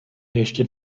ještě